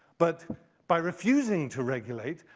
but by refusing to regulate,